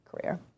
career